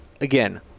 again